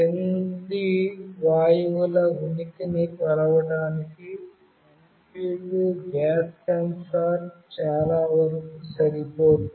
కింది వాయువుల ఉనికిని కొలవడానికి MQ2 గ్యాస్ సెన్సార్ చాలా వరకు సరిపోతుంది